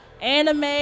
anime